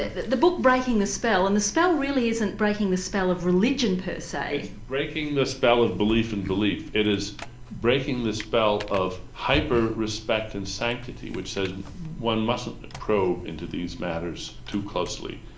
the the book breaking the spell, and the spell really isn't breaking the spell of religion per se. it's breaking the spell of belief in belief. it is breaking the spell of hyper-respect and sanctity which says one mustn't probe into these matters too closely.